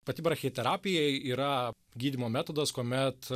pati brachiterapija yra gydymo metodas kuomet